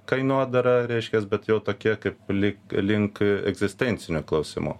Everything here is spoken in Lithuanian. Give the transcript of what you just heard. kainodara reiškias bet jau tokia kaip lig link egzistencinių klausimų